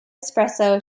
espresso